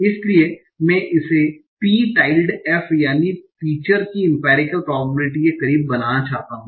इसलिए मैं इसे P tilde f यानी फीचर की इंपेरिकल प्रोबेबिलिटी के करीब बनाना चाहता हूं